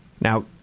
Now